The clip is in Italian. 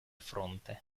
fronte